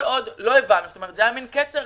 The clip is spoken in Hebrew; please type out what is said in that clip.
היה קצר,